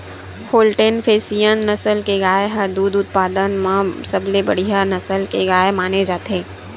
Holstein Friesian नसल के गाय ह दूद उत्पादन म सबले बड़िहा नसल के गाय माने जाथे